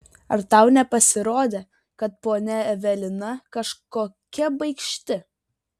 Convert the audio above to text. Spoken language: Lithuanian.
ar tau nepasirodė kad ponia evelina kažkokia baikšti